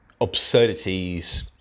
absurdities